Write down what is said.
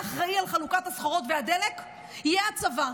אחראי לחלוקת הסחורות והדלק יהיה הצבא.